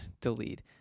delete